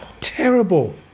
terrible